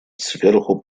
сверху